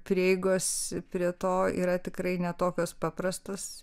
prieigos prie to yra tikrai ne tokios paprastos